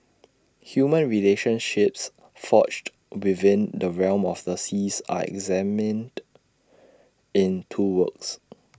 human relationships forged within the realm of the seas are examined in two works